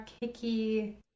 Hickey